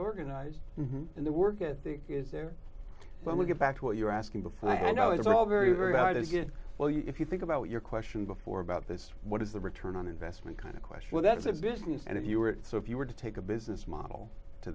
organized and the work ethic is there when we get back to what you were asking before and i know it's all very very hard to get well you know if you think about your question before about this what is the return on investment kind of question that is a business and if you were so if you were to take a business model to